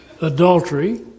adultery